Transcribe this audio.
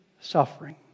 suffering